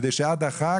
כדי שעד החג